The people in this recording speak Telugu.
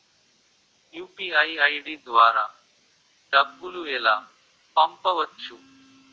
యు.పి.ఐ ఐ.డి ద్వారా డబ్బులు ఎలా పంపవచ్చు?